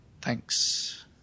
Thanks